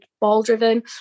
ball-driven